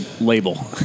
label